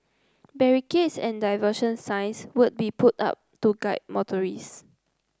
barricades and diversion signs will be put up to guide motorist